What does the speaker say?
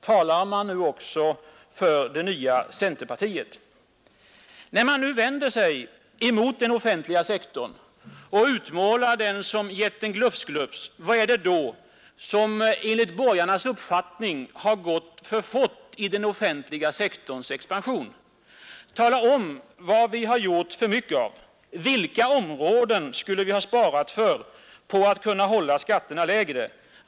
Talar man också för det nya centerpartiet? När man nu vänder sig mot den offentliga sektorn och utmålar den som en jätten Glufs-Glufs, vad är det då som enligt borgarnas uppfattning har gått för fort i den offentliga sektorns expansion? Tala om vad det är vi gjort för mycket av! Vilka områden skulle vi ha sparat på för att kunna hålla skatterna lägre?